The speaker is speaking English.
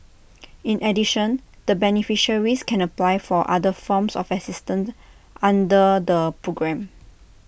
in addition the beneficiaries can apply for other forms of assistance under the programme